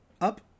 up